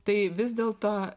tai vis dėl to